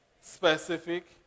specific